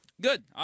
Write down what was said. Good